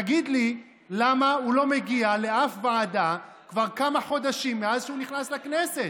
תגיד לי למה הוא לא מגיע לאף ועדה כבר כמה חודשים מאז שהוא נכנס לכנסת?